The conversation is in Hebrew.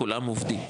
כולם עובדים,